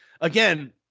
again